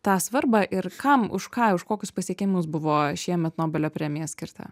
tą svarbą ir kam už ką už kokius pasiekimus buvo šiemet nobelio premija skirta